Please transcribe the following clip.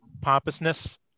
pompousness